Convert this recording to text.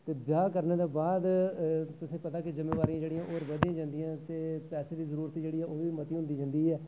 ते ब्याह् करने दे बाद तुसेंगी पता के जिम्मेवारियां जेह्ड़ियां होर बधदियां जंदियां ते पैसे दी जरूरत जेह्ड़ी ऐ होर मती होंदी जंदी ऐ